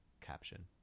caption